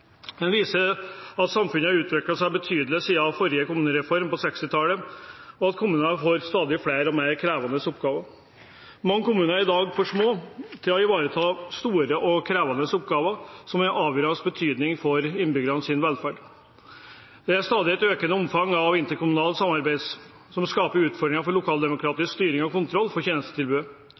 ein betre måte, slik at innbyggjarane kan få betre tenester og kommunane blir betre rusta til å møte framtidige utfordringar. Samfunnet har utvikla seg svært mykje sidan førre kommunereform på 1960-talet, og kommunane har fått stadig fleire og meir krevjande oppgåver. Mange kommunar er i dag for små til å klare å ta seg av store og krevjande oppgåver og i tilstrekkeleg grad sikre rettane til innbyggjarane. Det er